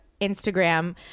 Instagram